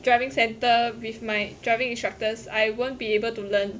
driving center with my driving instructors I won't be able to learn